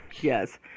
Yes